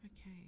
Okay